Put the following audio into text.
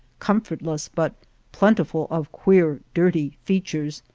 comfortless but plentiful of queer, dirty features,